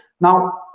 Now